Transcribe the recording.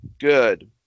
Good